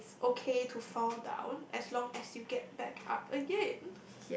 and it's okay to fall down as long as you get back up again